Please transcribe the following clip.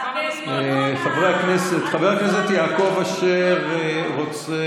הבריונות, חברי הכנסת, חבר הכנסת יעקב אשר רוצה